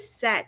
set